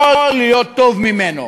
יכול להיות טוב ממנו,